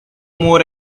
more